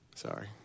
Sorry